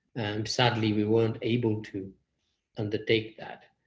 sadly, we weren't able to undertake that.